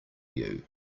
you